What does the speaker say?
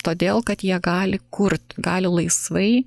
todėl kad jie gali kurt gali laisvai